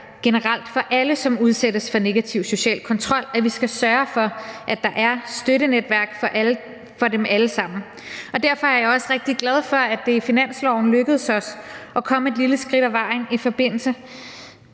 generelt for alle, som udsættes for negativ social kontrol, at vi skal sørge for, at der er støttenetværk for dem alle sammen. Derfor er jeg også rigtig glad for, at det i finansloven lykkedes os at komme et lille skridt ad vejen i forbindelse